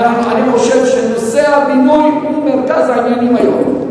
אני חושב שנושא הבינוי הוא מרכז העניינים היום,